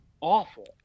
awful